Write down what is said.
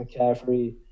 McCaffrey